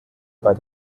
bei